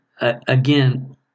again